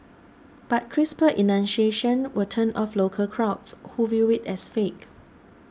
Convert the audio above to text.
but crisper enunciation will turn off local crowds who view it as fake